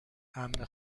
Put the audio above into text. عمه